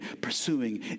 pursuing